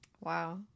Wow